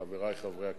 חברי חברי הכנסת,